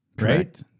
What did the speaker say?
right